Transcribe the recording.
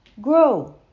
grow